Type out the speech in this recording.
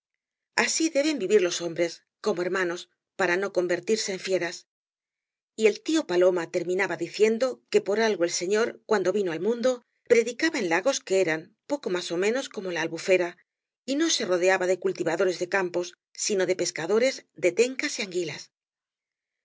aú deben vivir los hombres como hermanos para no convertirse en fieras y el tío paloma terminaba diciendo que por algo el sañor cuando vino al mundo predicaba en lagos que eran poco más ó menos como la albufera y no se rodeaba de cultivadores de campos sino de pescadores de tencas y anguilas